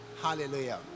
hallelujah